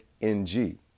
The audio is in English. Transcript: NG